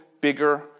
bigger